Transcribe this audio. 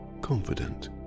confident